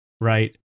right